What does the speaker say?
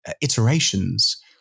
iterations